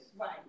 Right